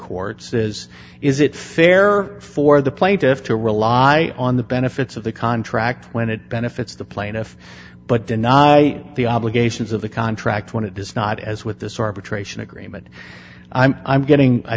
courts is is it fair for the plaintiff to rely on the benefits of the contract when it benefits the plaintiff but deny the obligations of the contract when it does not as with this arbitration agreement i'm getting i